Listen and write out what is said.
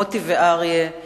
מוטי ואריה,